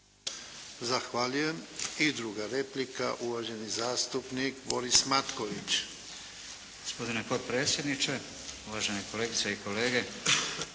Zahvaljujem. I druga replika uvaženi zastupnik Boris Matković. **Matković, Borislav (HDZ)** Gospodine potpredsjedniče, uvažene kolegice i kolege.